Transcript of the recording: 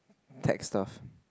tech stuff